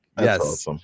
yes